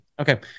okay